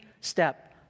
step